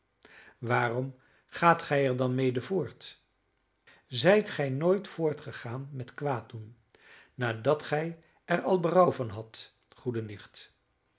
waarom gaat gij er dan mede voort zijt gij nooit voortgegaan met kwaad doen nadat gij er al berouw van hadt goede nicht